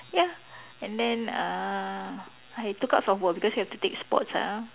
ya and then uh I took up softball because you have to take sports ah